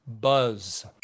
buzz